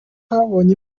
twabonye